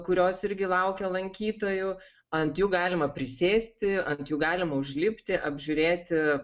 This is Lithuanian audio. kurios irgi laukia lankytojų ant jų galima prisėsti ant jų galima užlipti apžiūrėti